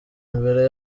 imbere